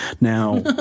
Now